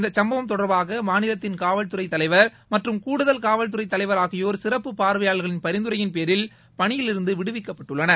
இந்தச் சம்பவம் தொடர்பாக மாநிலத்தின் காவல்துறை தலைவர் மற்றும் கூடுதல் காவல்துறை தலைவர் ஆகியோர் சிறப்பு பார்வையாளர்களின் பரிந்துரையின் பேரில் பணியிலிருந்து விடுவிக்கப்பட்டுள்ளார்